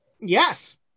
Yes